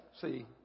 see